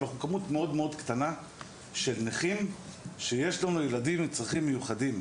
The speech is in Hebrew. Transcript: אנחנו כמות מאוד מאוד קטנה של נכים שיש לנו ילדים עם צרכים מיוחדים.